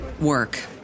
work